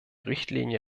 richtlinie